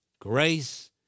grace